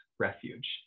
refuge